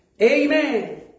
Amen